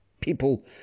people